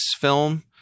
film